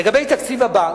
לגבי תקציב הבנק,